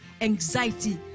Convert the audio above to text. anxiety